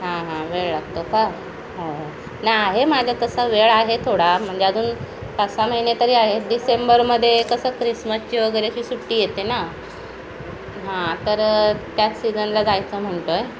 हां हां वेळ लागतो का हो हो नाही आहे माझा तसा वेळ आहे थोडा म्हणजे अजून पाच सहा महिने तरी आहेत डिसेंबरमध्ये कसं क्रिसमसची वगैरेची अशी सुट्टी येते ना हां तर त्याच सीजनला जायचं म्हणतो आहे